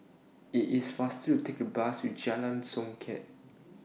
IT IS faster to Take The Bus to Jalan Songket